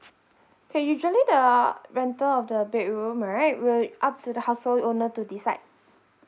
okay usually the uh rental of the bedroom right will up to the household owner to decide